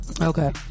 Okay